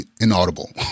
inaudible